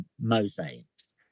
mosaics